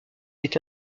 est